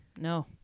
no